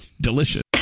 delicious